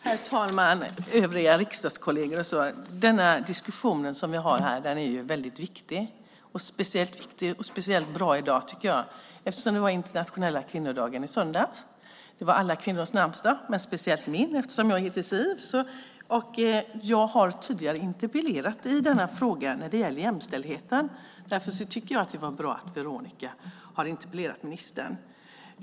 Herr talman! Övriga riksdagskolleger! Den diskussion vi har här är väldigt viktig, och det är speciellt bra att ha den i dag eftersom det var internationella kvinnodagen i söndags - alla kvinnors namnsdag, men speciellt min eftersom jag heter Siw. Jag har tidigare interpellerat i denna fråga när det gäller jämställdhet. Därför tycker jag att det är bra att Veronica har interpellerat.